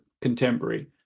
Contemporary